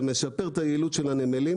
זה משפר את היעילות של הנמלים,